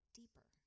deeper